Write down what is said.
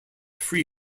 free